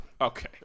Okay